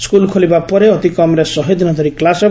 school ଖୋଲିବା ପରେ ଅତି କମ୍ରେ ଶହେ ଦିନ ଧରି କ୍ଲାସ ହେବ